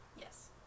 Yes